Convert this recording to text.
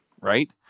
right